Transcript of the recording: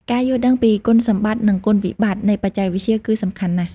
ការយល់ដឹងពីគុណសម្បត្តិនិងគុណវិបត្តិនៃបច្ចេកវិទ្យាគឺសំខាន់ណាស់។